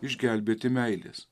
išgelbėti meilės